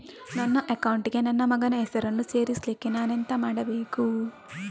ನನ್ನ ಅಕೌಂಟ್ ಗೆ ನನ್ನ ಮಗನ ಹೆಸರನ್ನು ಸೇರಿಸ್ಲಿಕ್ಕೆ ನಾನೆಂತ ಮಾಡಬೇಕು?